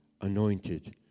anointed